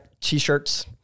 t-shirts